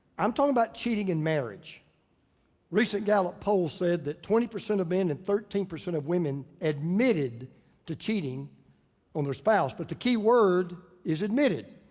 i'm talking about cheating in marriage. a recent gallup poll said that twenty percent of men and thirteen percent of women admitted to cheating on their spouse. but the key word is admitted.